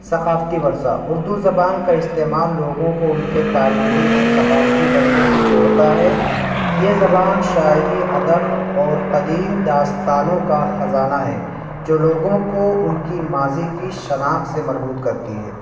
ثقافتی ورثہ اردو زبان کا استعمال لوگوں کو ان کے تاریخی اور ثقافتی ورثے سے جوڑتا ہے یہ زبان شاعری ادب اور قدیم داستانوں کا خزانہ ہے جو لوگوں کو ان کی ماضی کی شناخت سے مربوط کرتی ہے